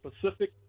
Pacific